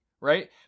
right